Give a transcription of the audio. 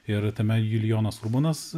ir tame julijonas urbonas